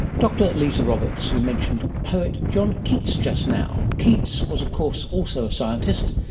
dr lisa roberts, who mentioned poet john keats just now keats was of course, also a scientist.